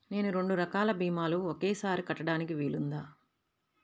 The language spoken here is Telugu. నేను రెండు రకాల భీమాలు ఒకేసారి కట్టడానికి వీలుందా?